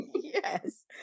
yes